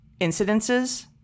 incidences